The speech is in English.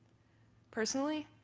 personally,